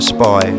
Spy